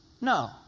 No